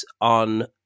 on